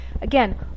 Again